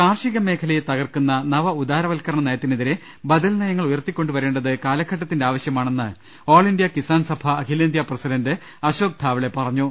കാർഷികമേഖലയെ നവ ഉദാരവൽക്കരണനയത്തിനെതിരെ ബദൽ നയങ്ങൾ ഉയർത്തിക്കൊണ്ടുവരേണ്ടത് കാലഘട്ടത്തിന്റെ ആവശ്യമാണെന്ന ് ആൾ ഇന്ത്യ കിസാൻസഭ അഖി ലേന്ത്യേ പ്രസിഡന്റ് അശോക ് ധാവ്ളെ പറഞ്ഞു